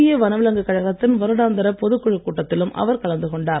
இந்திய வனவிலங்கு கழகத்தின் வருடாந்திர பொதுக் குழுக் கூட்டத்திலும் அவர் கலந்து கொண்டார்